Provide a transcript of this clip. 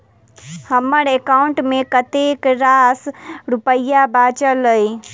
हम्मर एकाउंट मे कतेक रास रुपया बाचल अई?